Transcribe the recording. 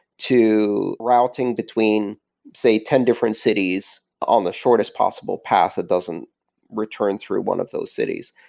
to routing between say ten different cities on the shortest possible path a dozen return through one of those cities.